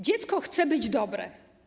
Dziecko chce być dobre.